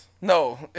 No